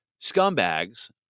scumbags